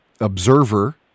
observer